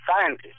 scientists